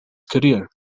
career